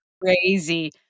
crazy